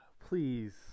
Please